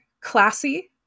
classy